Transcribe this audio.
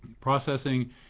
processing